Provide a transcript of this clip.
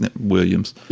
Williams